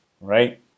right